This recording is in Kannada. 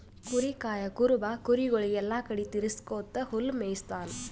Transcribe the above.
ಕುರಿ ಕಾಯಾ ಕುರುಬ ಕುರಿಗೊಳಿಗ್ ಎಲ್ಲಾ ಕಡಿ ತಿರಗ್ಸ್ಕೊತ್ ಹುಲ್ಲ್ ಮೇಯಿಸ್ತಾನ್